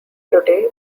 today